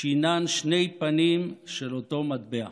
שהן שני פנים של אותו מטבע: